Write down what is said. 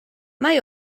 mae